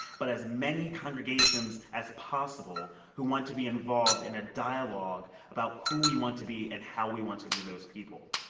but as many congregations as possible who want to be involved in a dialogue about who we want to be and how we want to be those people.